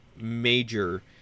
major